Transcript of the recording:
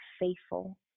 faithful